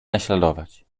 naśladować